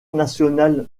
national